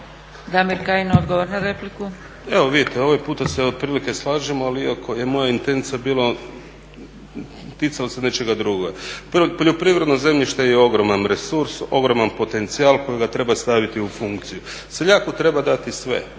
Damir Kajin, odgovor na repliku.